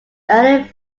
early